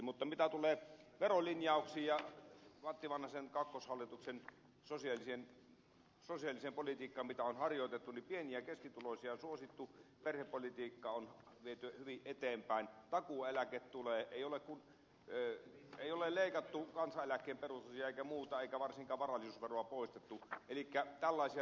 mutta mitä tulee verolinjauksiin ja matti vanhasen kakkoshallituksen sosiaaliseen politiikkaan mitä on harjoitettu niin pieni ja keskituloisia on suosittu perhepolitiikkaa on viety hyvin eteenpäin takuueläke tulee ei ole leikattu kansaneläkkeen perusosia eikä muuta eikä varsinkaan varallisuusveroa poistettu elikkä tällaisia tekoja